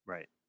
Right